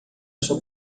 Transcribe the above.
sua